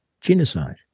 genocide